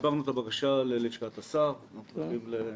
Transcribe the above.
העברנו את הבקשה ללשכת השר, ואנחנו מחכים לתשובה.